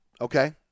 okay